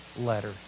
letter